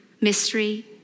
mystery